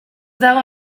dago